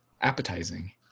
appetizing